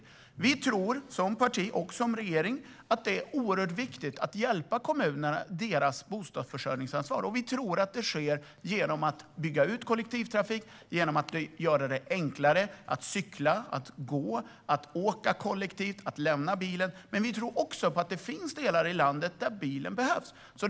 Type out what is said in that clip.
Miljöpartiet tror som parti och som del av regeringen att det är oerhört viktigt att hjälpa kommunerna i deras bostadsförsörjningsansvar. Det sker genom att bygga ut kollektivtrafik, genom att göra det enklare att cykla, gå, åka kollektivt och lämna bilen. Men vi tror också att det finns områden i landet där bilen behövs.